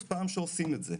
זאת אומרת,